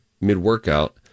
mid-workout